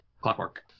clockwork